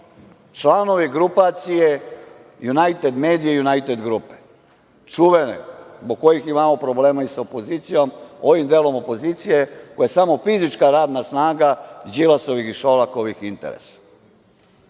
članovi grupacije „Junajted medija“ i „Junajted grupe“, čuvene zbog kojih imamo problema i sa opozicijom, ovim delom opozicije koji je samo fizička radna snaga Đilasovih i Šolakovih interesa. Treća